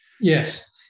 Yes